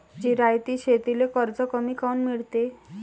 जिरायती शेतीले कर्ज कमी काऊन मिळते?